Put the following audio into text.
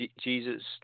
Jesus